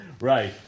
Right